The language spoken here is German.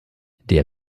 der